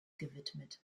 gewidmet